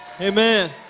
Amen